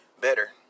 better